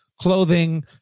clothing